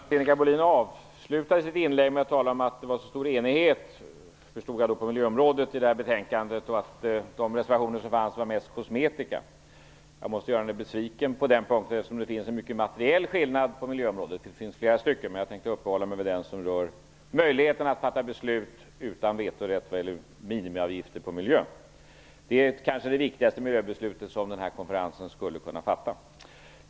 Herr talman! Sinikka Bohlin avslutade sitt inlägg med att tala om att det i det här betänkande var en stor enighet på miljöområdet och att de reservationer som fanns var mest kosmetika. Jag måste göra henne besviken på den punkten, eftersom det finns en mycket materiell skillnad på miljöområdet - det finns flera skillnader, men jag skall uppehålla mig vid den som rör möjligheten att fatta beslut utan vetorätt vad gäller minimiavgifter på miljön. Det är kanske det viktigaste miljöbeslutet som den här konferensen skulle kunna fatta.